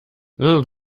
little